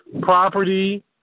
Property